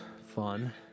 fun